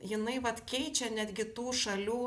jinai vat keičia netgi tų šalių